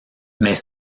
mais